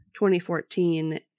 2014